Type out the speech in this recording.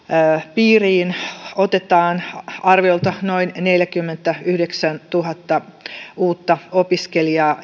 piiriin otetaan arviolta noin neljäkymmentäyhdeksäntuhatta uutta opiskelijaa